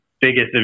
biggest